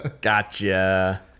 Gotcha